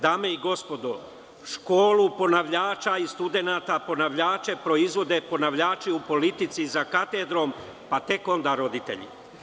Dame i gospodo, školu ponavljača i studenata ponavljače proizvode ponavljači u politici za katedrom, pa tek onda roditelji.